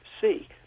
see